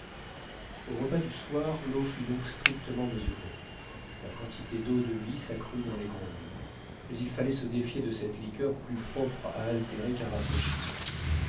au repas du soir leau fut donc strictement mesurée la quantité d'eau-de-vie s'accrut dans les grogs mais il fallait se défier de cette liqueur plus propre à altérer qu'à rafraîchir